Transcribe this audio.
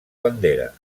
bandera